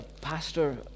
pastor